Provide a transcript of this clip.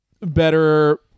better